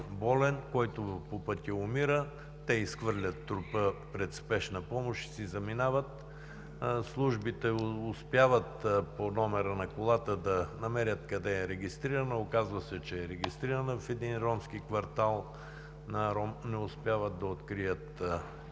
който по пътя умира. Те изхвърлят трупа пред спешната помощ и си заминават. Службите успяват по номера на колата да намерят къде е регистрирана. Оказва се, че е регистрирана в един ромски квартал, но не успяват да открият или